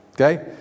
Okay